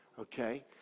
Okay